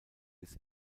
des